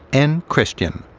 and christian.